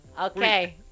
Okay